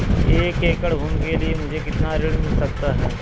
एक एकड़ भूमि के लिए मुझे कितना ऋण मिल सकता है?